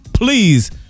Please